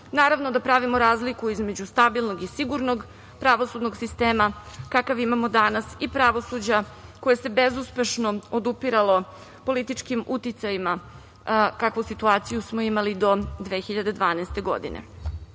naravno da pravimo razliku između stabilnog i sigurnog pravosudnog sistema kakav imamo danas i pravosuđa koje se bezuspešno odupiralo političkim uticajima, kakvu situaciju smo imali do 2012. godine.Sećate